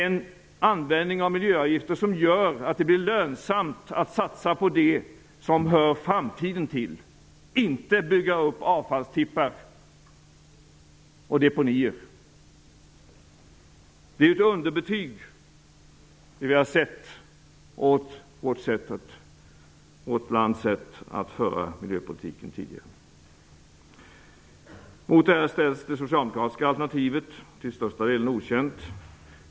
En användning av miljöavgifter gör att det blir lönsamt att satsa på det som hör framtiden till -- inte att bygga upp avfallstippar och depåer. Det vi har sett av vårt lands sätt att föra miljöpolitiken tidigare får underbetyg. Mot detta ställs det socialdemokratiska alternativet, till största delen okänt.